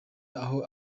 aho